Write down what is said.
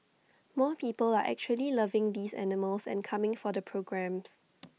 more people are actually loving these animals and coming for the programmes